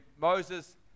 Moses